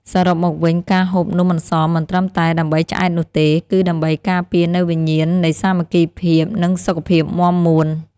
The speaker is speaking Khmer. សរុបមកវិញការហូបនំអន្សមមិនត្រឹមតែដើម្បីឆ្អែតនោះទេ គឺ ដើម្បីការពារនូវវិញ្ញាណនៃសាមគ្គីភាព និង សុខភាពមាំមួន។